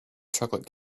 chocolate